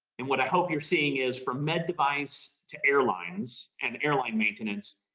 and what i hope you're seeing is for med device to airlines and airline maintenance,